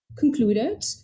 Concluded